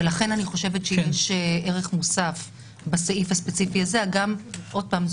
ולכן אני חושבת שיש ערך מוסף בסעיף הספציפי הזה ועוד פעם,